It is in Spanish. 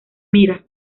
mira